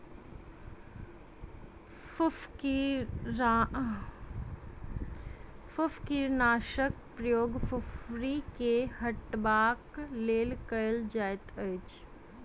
फुफरीनाशकक प्रयोग फुफरी के हटयबाक लेल कयल जाइतअछि